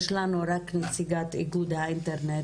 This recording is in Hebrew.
יש לנו רק את נציגת איגוד האינטרנט